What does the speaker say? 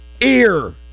Ear